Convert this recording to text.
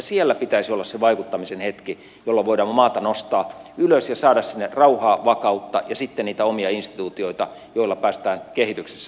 siellä pitäisi olla se vaikuttamisen hetki jolloin voidaan maata nostaa ylös ja saada sinne rauhaa vakautta ja sitten niitä omia instituutioita joilla päästään kehityksessä eteenpäin